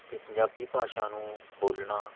ਅਤੇ ਪੰਜਾਬੀ ਭਾਸ਼ਾ ਨੂੰ ਬੋਲਣਾ